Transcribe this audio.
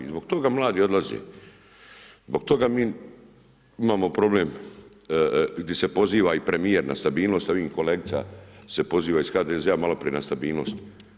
I zbog toga mladi odlaze, zbog toga mi imamo problem gdje se poziva i premijer na stabilnost, a vidim kolegica se poziva iz HDZ-a maloprije na stabilnost.